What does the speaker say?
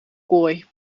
kooi